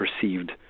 perceived